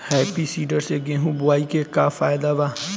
Happy seeder से गेहूं बोआई के का फायदा बा?